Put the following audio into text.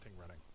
running